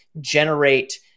generate